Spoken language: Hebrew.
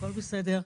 הכול בסדר.